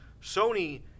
Sony